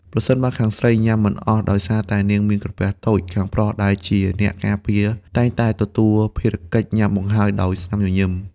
ប្រសិនបើខាងស្រីញ៉ាំមិនអស់ដោយសារតែនាងមានក្រពះតូច ខាងប្រុសដែលជាអ្នកការពារតែងតែទទួលភារកិច្ចញ៉ាំបង្ហើយដោយស្នាមញញឹម។